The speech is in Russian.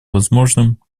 возможным